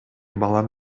балам